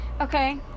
okay